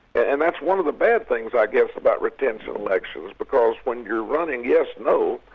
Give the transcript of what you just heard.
and that's one of the bad things i guess about retention elections, because when you're running yes-no,